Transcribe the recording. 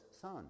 son